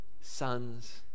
sons